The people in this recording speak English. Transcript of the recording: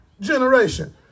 generation